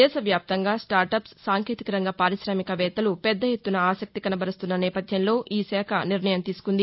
దేశవ్యాప్తంగా స్టార్టప్స్ సాంకేతిక రంగ పార్కిశామికవేత్తలు పెద్దఎత్తున ఆసక్తి కనబరుస్తున్న నేపథ్యంలో ఆ శాఖ ఈ నిర్ణయం తీసుకుంది